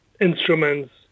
instruments